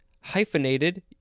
hyphenated